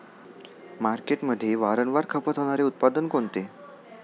मार्केटमध्ये वारंवार खपत होणारे उत्पादन कोणते?